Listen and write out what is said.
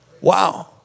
Wow